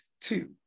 two